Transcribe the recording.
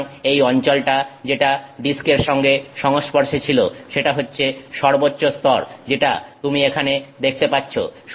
সুতরাং এই অঞ্চলটা যেটা ডিস্কের সঙ্গে সংস্পর্শে ছিল সেটা হচ্ছে সর্বোচ্চ স্তর যেটা তুমি এখানে দেখতে পাচ্ছ